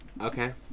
Okay